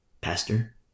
pastor